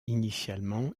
initialement